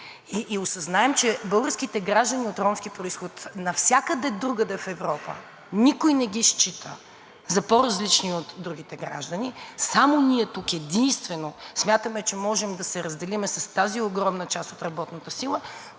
и осъзнаем, че българските граждани от ромски произход навсякъде другаде в Европа никой не ги счита за по-различни от другите граждани, само ние тук единствено смятаме, че можем да се разделим с тази огромна част от работната сила,